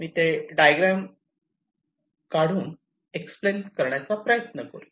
मी ते डायग्राम काढून एक्सप्लेन करण्याचा प्रयत्न करतो